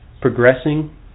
progressing